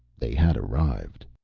they had arrived.